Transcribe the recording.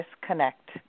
disconnect